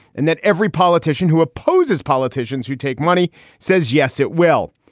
and that every politician who opposes politicians who take money says yes, it will.